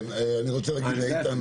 אני רוצה להגיד לאיתן